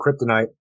kryptonite